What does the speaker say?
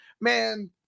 man